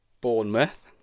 Bournemouth